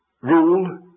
rule